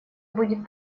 будет